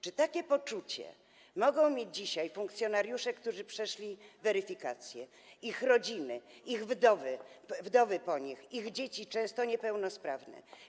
Czy takie poczucie mogą mieć dzisiaj funkcjonariusze, którzy przeszli weryfikację, ich rodziny, wdowy po nich, ich dzieci, często niepełnosprawne?